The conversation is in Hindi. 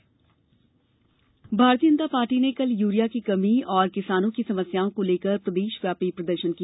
भाजपा प्रदर्शन भारतीय जनता पार्टी ने कल यूरिया की कमी और किसानों की समस्याओं को लेकर प्रदेशव्यापी प्रदर्शन किया